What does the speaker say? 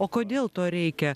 o kodėl to reikia